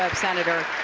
senator.